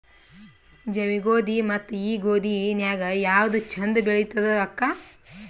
ಜವಿ ಗೋಧಿ ಮತ್ತ ಈ ಗೋಧಿ ನ್ಯಾಗ ಯಾವ್ದು ಛಂದ ಬೆಳಿತದ ಅಕ್ಕಾ?